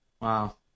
Wow